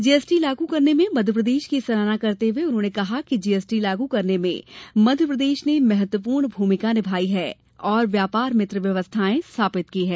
GST लागू करने में मध्यप्रदेश की सराहना करते हुए उन्होने कहा कि जीएसटी लागू करने में मध्यप्रदेश ने महत्वपूर्ण भूमिका निभाई है और व्यापार मित्र व्यवस्थाएं स्थापित की हैं